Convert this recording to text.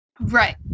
Right